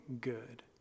good